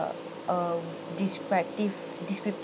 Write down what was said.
a descriptive